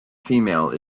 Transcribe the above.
female